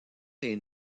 est